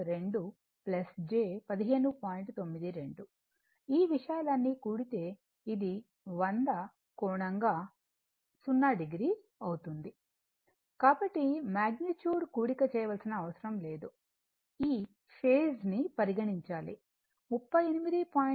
92 ఈ విషయాలన్నీ కూడితే ఇది 100 కోణంగా 0 o అవుతుంది కాబట్టి మాగ్నిట్యూడ్ను కూడిక చేయవలసిన అవసరం లేదు ఈ ఫేస్ ని పరిగణించాలి